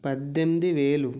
పద్దెనిమిది వేలు